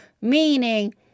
meaning